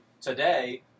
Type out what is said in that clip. today